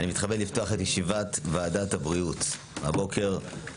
אני מתכבד לפתוח את ישיבת ועדת הבריאות הבוקר,